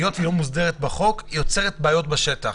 היות שהיא לא מוסדרת בחוק היא יוצרת בעיות בשטח.